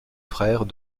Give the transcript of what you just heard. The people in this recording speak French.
frère